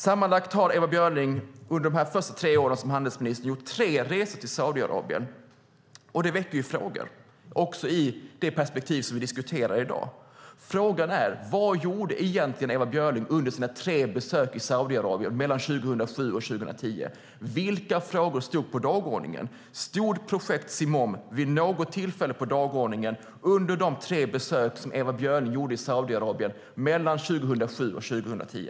Sammanlagt har Ewa Björling under de första tre åren som handelsminister gjort tre resor till Saudiarabien. Det väcker frågor, också i det perspektiv som vi diskuterar i dag. Vad gjorde egentligen Ewa Björling under sina tre besök i Saudiarabien mellan 2007 och 2010? Vilka frågor stod på dagordningen? Stod projekt Simoom vid något tillfälle på dagordningen under de tre besök som Ewa Björling gjorde i Saudiarabien mellan 2007 och 2010?